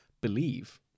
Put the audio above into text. believe